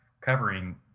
covering